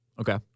Okay